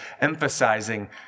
emphasizing